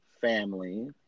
family